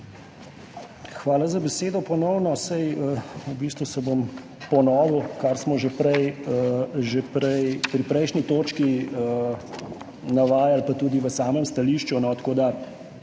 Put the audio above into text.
Hvala za besedo ponovno. V bistvu se bom ponovil, kar smo že pri prejšnji točki navajali pa tudi v samem stališču. Prav